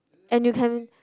and you can